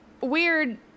weird